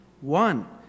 one